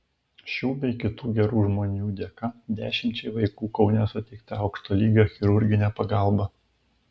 šių bei kitų gerų žmonių dėka dešimčiai vaikų kaune suteikta aukšto lygio chirurginė pagalba